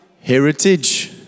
heritage